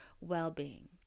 well-being